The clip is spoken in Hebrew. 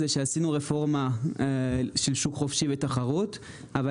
שעשינו רפורמה של שוק חופשי ותחרות אבל